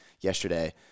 yesterday